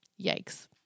Yikes